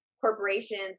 corporations